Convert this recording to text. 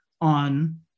on